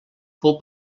fou